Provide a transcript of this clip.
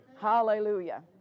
Hallelujah